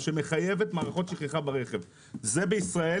שמחייבת מערכות שכחה ברכב זה בישראל,